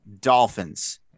Dolphins